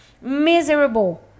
miserable